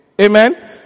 amen